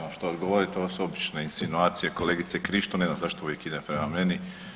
Nemam što odgovoriti ovo su obične insinuacije kolegice Krišto, ne znam zašto uvijek ide prema meni.